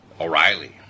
O'Reilly